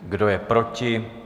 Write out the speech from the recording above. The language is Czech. Kdo je proti?